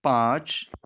پانچ